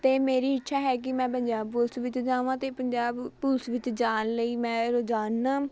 ਅਤੇ ਮੇਰੀ ਇੱਛਾ ਹੈ ਕਿ ਮੈਂ ਪੰਜਾਬ ਪੁਲਿਸ ਵਿੱਚ ਜਾਵਾਂ ਅਤੇ ਪੰਜਾਬ ਪੁਲਿਸ ਵਿੱਚ ਜਾਣ ਲਈ ਮੈਂ ਰੋਜ਼ਾਨਾ